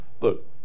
look